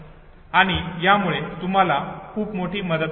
आणि यामुळे तुम्हाला खूप मोठी मदत होते